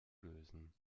lösen